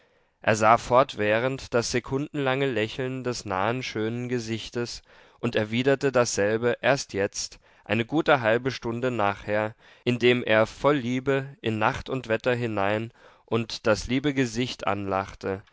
er sah fortwährend das sekundenlange lächeln des nahen schönen gesichtes und erwiderte dasselbe erst jetzt eine gute halbe stunde nachher indem er voll liebe in nacht und wetter hinein und das liebe gesicht anlachte